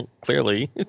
Clearly